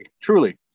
truly